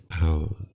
out